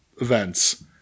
events